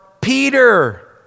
Peter